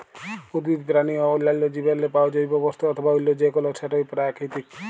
উদ্ভিদ, পেরানি অ অল্যাল্য জীবেরলে পাউয়া জৈব বস্তু অথবা অল্য যে কল সেটই পেরাকিতিক